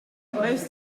most